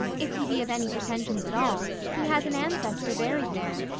if he be of any pretensions at all, he has an ancestor buried there,